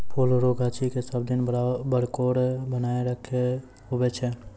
फुल रो गाछी के सब दिन बरकोर रखनाय जरूरी हुवै छै